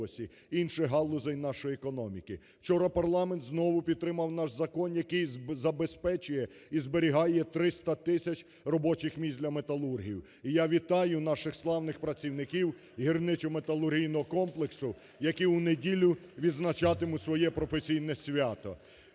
інших галузей нашої економіки. Вчора парламент знову підтримав наш закон, який забезпечує і зберігає 300 тисяч робочих місць для металургів і я вітаю наших славних працівників гірничо-металургійного комплексу, які у неділю відзначатимуть своє професійне свято.